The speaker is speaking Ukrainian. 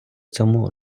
цьому